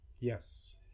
Yes